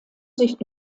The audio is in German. sich